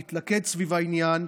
אז להתלכד סביב העניין,